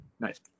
Nice